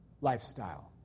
lifestyle